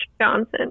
Johnson